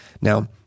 Now